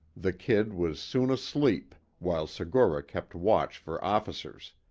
the kid was soon asleep, while segura kept watch for officers.